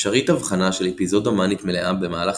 אפשרית אבחנה של אפיזודה מאנית מלאה במהלך